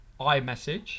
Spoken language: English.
iMessage